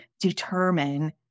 determine